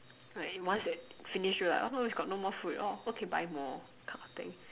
like once you're finished we're like oh we've got no more food oh okay buy more kind of thing